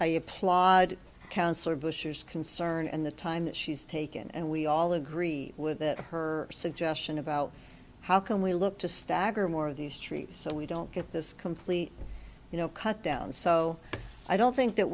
i applaud councilor bush's concern and the time that she's taken and we all agree with that her suggestion about how can we look to stagger more of these trees so we don't get this completely you know cut down so i don't think that